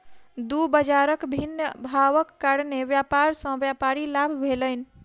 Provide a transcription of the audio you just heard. दू बजारक भिन्न भावक कारणेँ व्यापार सॅ व्यापारी के लाभ भेलैन